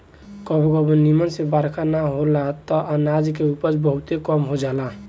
कबो कबो निमन से बरखा ना होला त अनाज के उपज बहुते कम हो जाला